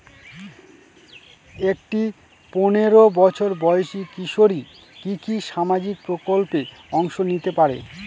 একটি পোনেরো বছর বয়সি কিশোরী কি কি সামাজিক প্রকল্পে অংশ নিতে পারে?